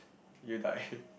you die